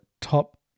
top